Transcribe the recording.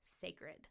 sacred